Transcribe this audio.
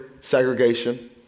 segregation